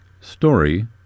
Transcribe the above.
Story